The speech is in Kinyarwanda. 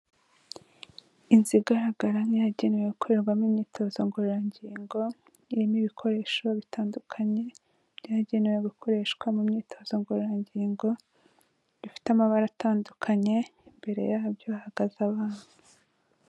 Inzu igaragara nk'iyagenewe gukorerwamo imyitozo ngororangingo irimo ibikoresho bitandukanye byagenewe gukoreshwa mu myitozo ngororangingo ifite amabara atandukanye mbere yabyo hahagaze abantu.